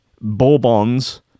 Bourbons